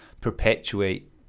perpetuate